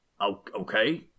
okay